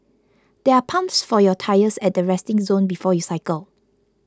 there are pumps for your tyres at the resting zone before you cycle